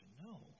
No